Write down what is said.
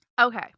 Okay